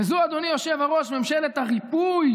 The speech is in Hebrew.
וזו, אדוני היושב-ראש, ממשלת הריפוי